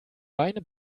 beine